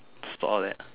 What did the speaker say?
store there